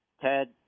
Ted